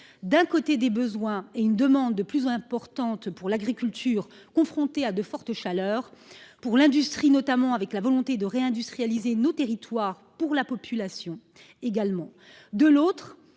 d'un côté, des besoins et une demande de plus en plus importante pour l'agriculture confrontée à de fortes chaleurs, pour l'industrie du fait de la volonté de réindustrialiser nos territoires, pour la population ; de l'autre,